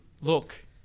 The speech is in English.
look